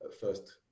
first